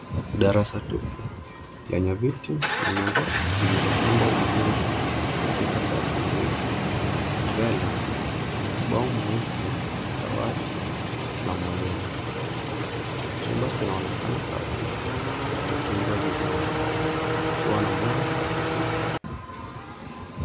Darasa tupu, lenye viti na meza, zilizopangwa vizuri, katika safu mbili. Mbele, kuna ubao mweusi, na dawati, na mwalimu. Chumba kinaonekana safi, akiwatunza vizuri. Kikiwa na mwanga, hafifu.